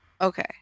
Okay